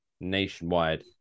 nationwide